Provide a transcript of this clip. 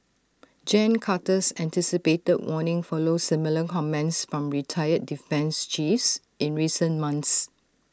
gen Carter's anticipated warning follows similar comments from retired defence chiefs in recent months